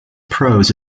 prose